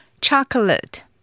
Chocolate